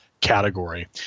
category